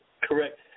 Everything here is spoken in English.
Correct